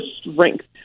strength